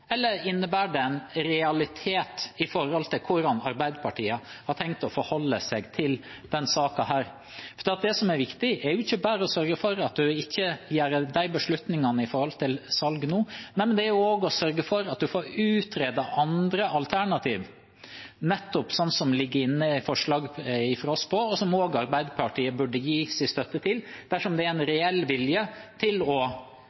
eller innebærer det en realitet med tanke på hvordan Arbeiderpartiet har tenkt å forholde seg til denne saken? Det som er viktig, er ikke bare å sørge for at en ikke tar disse beslutningene om salg nå, det er også å sørge for at en får utredet andre alternativer, nettopp sånn som det ligger inne i forslaget fra oss, og som også Arbeiderpartiet burde gi sin støtte til dersom det er reell vilje til å